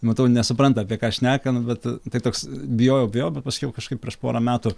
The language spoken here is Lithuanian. matau nesupranta apie ką šneka nu bet tai toks bijojau bijojau bet paskiau kažkaip prieš porą metų